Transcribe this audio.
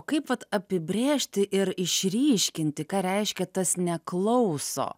o kaip vat apibrėžti ir išryškinti ką reiškia tas neklauso